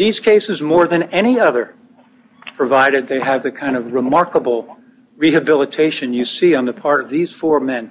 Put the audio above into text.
these cases more than any other provided they have the kind of remarkable rehabilitation you see on the part of these four men